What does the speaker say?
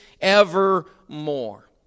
evermore